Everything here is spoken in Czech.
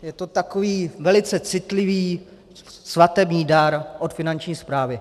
Je to takový velice citlivý svatební dar od Finanční správy.